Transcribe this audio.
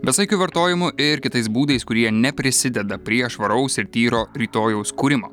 besaikiu vartojimu ir kitais būdais kurie neprisideda prie švaraus ir tyro rytojaus kūrimo